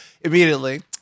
immediately